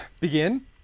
Begin